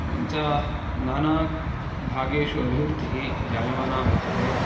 एवञ्च नानाभागेषु अभिवृद्धिः जायमाना वर्तते